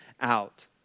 out